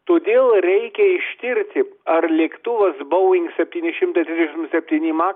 todėl reikia ištirti ar lėktuvas boing septyni šimtai trisdešim septyni maks